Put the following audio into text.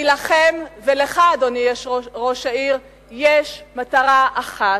כי לכם ולך, אדוני ראש העיר, יש מטרה אחת: